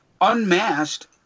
Unmasked